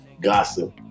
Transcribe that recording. Gossip